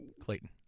Clayton